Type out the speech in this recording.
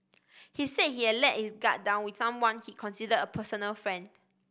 he said he had let his guard down with someone he considered a personal friend